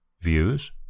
views